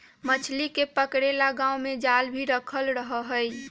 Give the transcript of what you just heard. मछली के पकड़े ला गांव में जाल भी रखल रहा हई